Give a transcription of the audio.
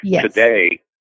Today